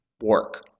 work